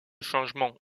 changements